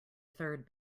third